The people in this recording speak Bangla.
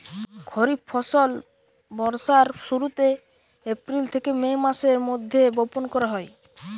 খরিফ ফসল বর্ষার শুরুতে, এপ্রিল থেকে মে মাসের মধ্যে বপন করা হয়